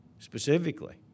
Specifically